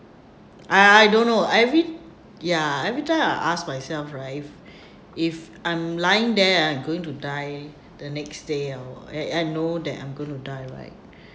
I I don't know every ya every time I ask myself right if I'm lying there I'm going to die the next day or I I know that I'm going to die right